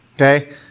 Okay